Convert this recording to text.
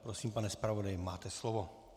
rosím, pane zpravodaji, máte slovo.